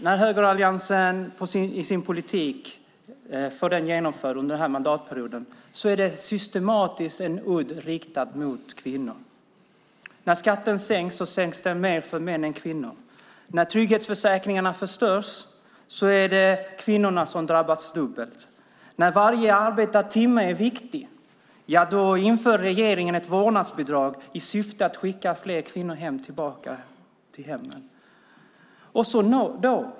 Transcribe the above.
När högeralliansen genomför sin politik under den här mandatperioden är det systematiskt en udd riktad mot kvinnor. När skatten sänks, ja, då sänks den mer för män än för kvinnor. När trygghetsförsäkringarna förstörs drabbas kvinnorna dubbelt. När varje arbetad timme är viktig inför regeringen ett vårdnadsbidrag i syfte att skicka fler kvinnor tillbaka till hemmen.